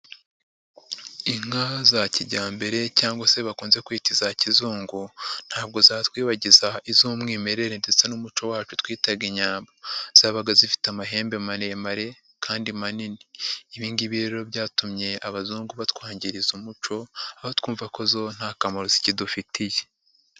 Inka za kijyambere cyangwa se bakunze kwita iza kizungu, ntabwo zatwibagiza iz'umwimerere ndetse n'umuco wacu twitaga Inyambo, zabaga zifite amahembe maremare kandi manini, ibi ngibi rero byatumye abazungu batwangiriza umuco, aho twumva ko zo nta kamaro zikidufitiye.